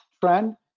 trend